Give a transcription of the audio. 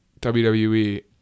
WWE